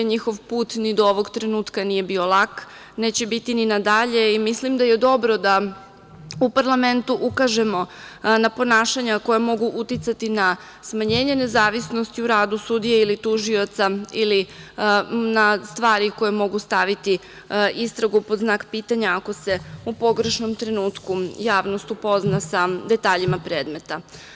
Njihov put ni do ovog trenutka nije bio lak, a neće biti ni na dalje i mislim da je dobro da u parlamentu ukažemo na ponašanja koja mogu uticati na smanjenje nezavisnosti u radu sudije ili tužioca ili na stvari koje mogu staviti istragu pod znak pitanja ako se u pogrešnom trenutku jasnost upozna sa detaljima predmeta.